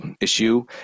issue